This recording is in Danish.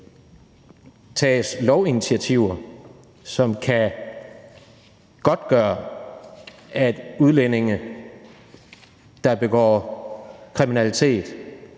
tages lovinitiativer, som kan godtgøre, at udlændinge, der begår kriminalitet